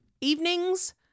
Evenings